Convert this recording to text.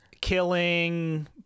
killing